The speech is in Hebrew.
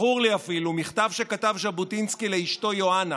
זכור לי אפילו מכתב שכתב ז'בוטינסקי לאשתו יוהנה